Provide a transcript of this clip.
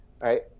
right